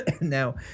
now